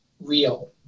real